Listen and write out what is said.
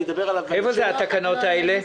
איפה התקנות האלה?